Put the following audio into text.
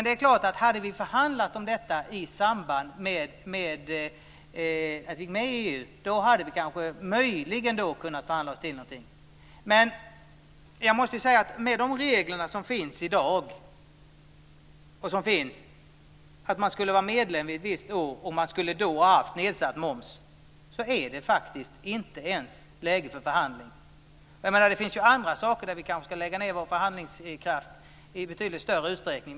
Det är klart att om vi hade förhandlat om detta i samband med att vi gick med i EU hade vi möjligen kunnat förhandla oss till någonting. Men med de regler som finns i dag om att ett land skulle ha varit medlem ett visst år och att det då skulle ha haft nedsatt moms är det faktiskt inte ens läge för förhandling. Det finns andra saker där vi kanske ska lägga ned vår förhandlingskraft i betydligt större utsträckning.